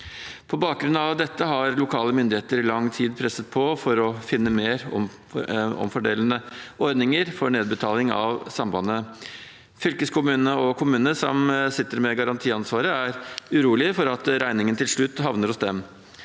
På bakgrunn av dette har lokale myndigheter i lang tid presset på for å finne mer omfordelende ordninger for nedbetaling av sambandet. Fylkeskommunen og kommunen, som sitter med garantiansvaret, er urolig for at regningen til slutt havner hos dem.